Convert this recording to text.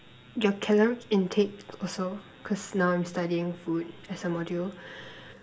your calorie intake also cause now I'm studying food as a module